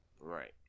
Right